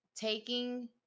taking